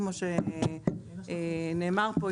כמו שנאמר פה,